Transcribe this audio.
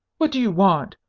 what do you want?